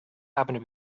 happened